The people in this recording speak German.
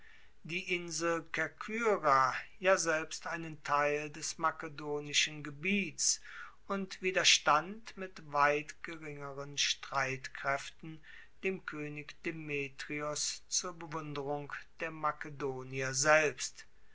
die insel kerkyra ja selbst einen teil des makedonischen gebiets und widerstand mit weit geringeren streitkraeften dem koenig demetrios zur bewunderung der makedonier selbst